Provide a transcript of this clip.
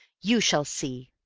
you shall see,